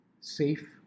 safe